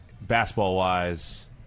basketball-wise